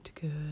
good